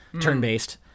turn-based